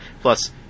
Plus